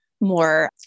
more